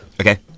Okay